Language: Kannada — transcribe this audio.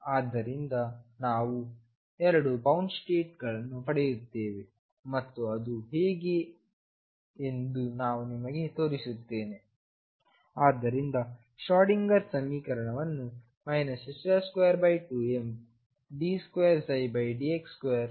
ಆದ್ದರಿಂದ ನಾವು ಎರಡು ಬೌಂಡ್ ಸ್ಟೇಟ್ ಗಳನ್ನು ಪಡೆಯುತ್ತೇವೆ ಮತ್ತು ಅದು ಹೇಗೆ ಎಂದು ನಾನು ನಿಮಗೆ ತೋರಿಸುತ್ತೇನೆ